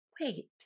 wait